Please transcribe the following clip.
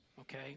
okay